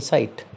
Site